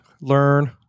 learn